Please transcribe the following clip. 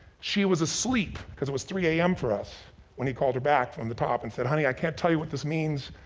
she was asleep cause it was three am for us when he called her back from the top and said, honey, i can't tell you what this means.